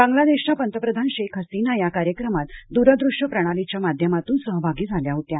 बांगलादेशच्या पंतप्रधान शेख हसीना या ही या कार्यक्रमात दूरदृश्य प्रणालीच्या माध्यमातून सहभागी झाल्या होत्या